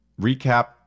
recap